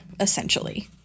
essentially